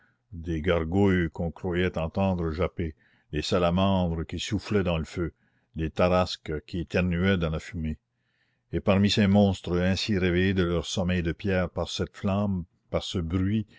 des gargouilles qu'on croyait entendre japper des salamandres qui soufflaient dans le feu des tarasques qui éternuaient dans la fumée et parmi ces monstres ainsi réveillés de leur sommeil de pierre par cette flamme par ce bruit